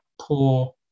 poor